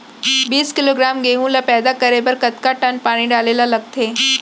बीस किलोग्राम गेहूँ ल पैदा करे बर कतका टन पानी डाले ल लगथे?